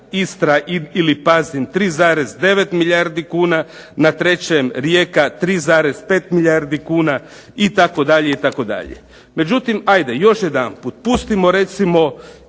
Istra ili Pazin 3,9 milijardi kuna, na trećem Rijeka 3,5 milijardi kuna itd., itd. Međutim, ajde još jedanput, pustimo recimo